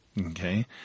Okay